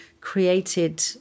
created